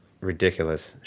ridiculous